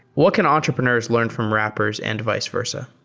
what can entrepreneurs learn from rappers and vice versa?